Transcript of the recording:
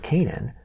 Canaan